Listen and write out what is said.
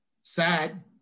sad